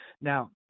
Now